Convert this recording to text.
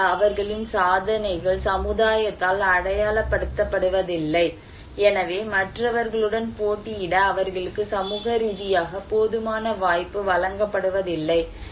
பொதுவாக அவர்களின் சாதனைகள் சமுதாயத்தால் அடையப்படுவதில்லை எனவே மற்றவர்களுடன் போட்டியிட அவர்களுக்கு சமூக ரீதியாக போதுமான வாய்ப்பு வழங்கப்படுவதில்லை